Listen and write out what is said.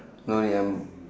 no ya mm